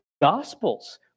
Gospels